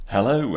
Hello